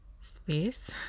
space